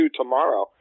tomorrow